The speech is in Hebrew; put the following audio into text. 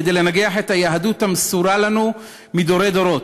כדי לנגח את היהדות המסורה לנו מדורי דורות.